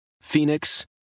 Phoenix